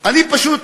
אני פשוט